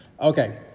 Okay